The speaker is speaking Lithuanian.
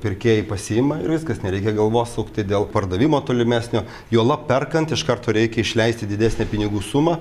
pirkėjai pasiima ir viskas nereikia galvos sukti dėl pardavimo tolimesnio juolab perkant iš karto reikia išleisti didesnę ir pinigų sumą